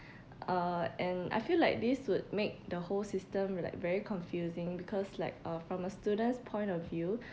uh and I feel like this would make the whole system like very confusing because like uh from a student's point of view